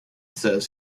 says